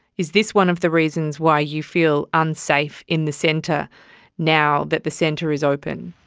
is this one of the reasons why you feel unsafe in the centre now that the centre is open?